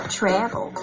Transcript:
travel